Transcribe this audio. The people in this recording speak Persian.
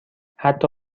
حتی